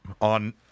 on